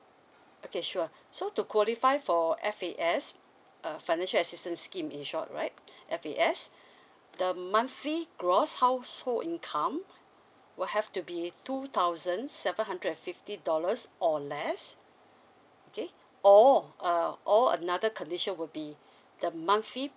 okay sure so to qualify for F_A_S uh financial assistance scheme in short right F_A_S the monthly gross household income will have to be two thousand seven hundred and fifty dollars or less okay or uh or another condition will be the monthly